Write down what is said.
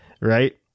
Right